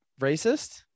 Racist